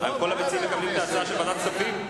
כל המציעים מקבלים את ההצעה להעביר לוועדת הכספים?